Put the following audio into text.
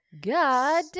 God